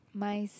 nice